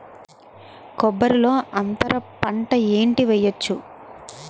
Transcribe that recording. కొబ్బరి లో అంతరపంట ఏంటి వెయ్యొచ్చు?